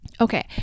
Okay